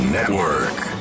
Network